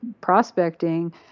prospecting